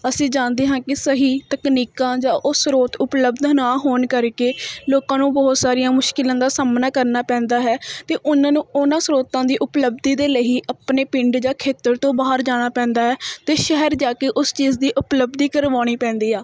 ਅਸੀਂ ਜਾਣਦੇ ਹਾਂ ਕਿ ਸਹੀ ਤਕਨੀਕਾਂ ਜਾਂ ਉਹ ਸਰੋਤ ਉਪਲਬਧਨ ਨਾ ਹੋਣ ਕਰਕੇ ਲੋਕਾਂ ਨੂੰ ਬਹੁਤ ਸਾਰੀਆਂ ਮੁਸ਼ਕਿਲਾਂ ਦਾ ਸਾਹਮਣਾ ਕਰਨਾ ਪੈਂਦਾ ਹੈ ਅਤੇ ਉਹਨਾਂ ਨੂੰ ਉਹਨਾਂ ਸਰੋਤਾਂ ਦੀ ਉਪਲਬਧੀ ਦੇ ਲਈ ਹੀ ਆਪਣੇ ਪਿੰਡ ਜਾਂ ਖੇਤਰ ਤੋਂ ਬਾਹਰ ਜਾਣਾ ਪੈਂਦਾ ਹੈ ਅਤੇ ਸ਼ਹਿਰ ਜਾ ਕੇ ਉਸ ਚੀਜ਼ ਦੀ ਉਪਲਬਧੀ ਕਰਵਾਉਣੀ ਪੈਂਦੀ ਆ